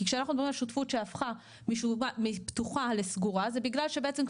כשאנחנו מדברים על שותפות שהפכה מפתוחה לסגורה זה בגלל שבעצם,